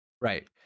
Right